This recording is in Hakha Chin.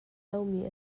lomi